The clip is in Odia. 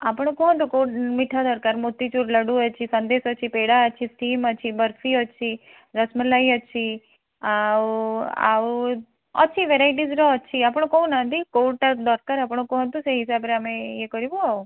ଆପଣ କୁହନ୍ତୁ କେଉଁ ମିଠା ଦରକାର ମୋତିଚୁର୍ ଲଡ଼ୁ ଅଛି ସନ୍ଦେଶ ଅଛି ପେଡ଼ା ଅଛି ଷ୍ଟିମ ଅଛି ବର୍ଫି ଅଛି ରସମଲାଇ ଅଛି ଆଉ ଆଉ ଅଛି ଭେରାଇଟିଜ୍ର ଅଛି ଆପଣ କହୁନାହାନ୍ତି କେଉଁଟା ଦରକାର ଆପଣ କୁହନ୍ତୁ ସେଇ ହିସାବରେ ଆମେ ଇଏ କରିବୁ ଆଉ